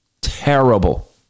Terrible